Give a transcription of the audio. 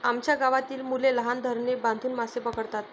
आमच्या गावातील मुले लहान धरणे बांधून मासे पकडतात